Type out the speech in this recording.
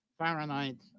Fahrenheit